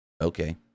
Okay